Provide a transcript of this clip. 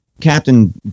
captain